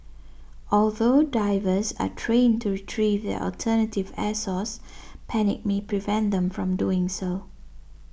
although divers are trained to retrieve their alternative air source panic may prevent them from doing so